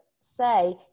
say